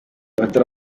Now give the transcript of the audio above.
batari